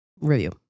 review